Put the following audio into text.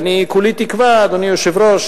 אדוני היושב-ראש,